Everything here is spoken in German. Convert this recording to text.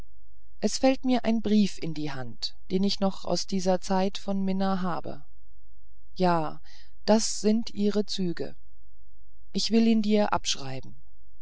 es fällt mir ein brief in die hand den ich noch aus dieser zeit von mina habe ja das sind ihre züge ich will dir ihn abschreiben